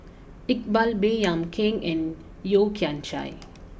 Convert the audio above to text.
Iqbal Baey Yam Keng and Yeo Kian Chye